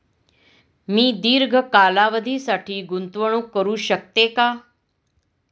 मी दीर्घ कालावधीसाठी गुंतवणूक करू शकते का?